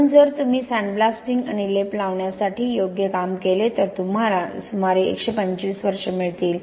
म्हणून जर तुम्ही सँडब्लास्टिंग आणि लेप लावण्यासाठी योग्य काम केले तर तुम्हाला सुमारे 125 वर्षे मिळतील